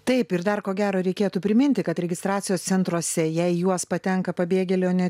taip ir dar ko gero reikėtų priminti kad registracijos centruose jei į juos patenka pabėgėliai o ne